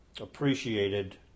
appreciated